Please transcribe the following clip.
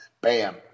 bam